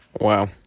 Wow